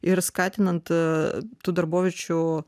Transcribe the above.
ir skatinant tų darboviečių